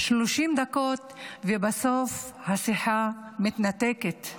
30 דקות, ובסוף השיחה מתנתקת.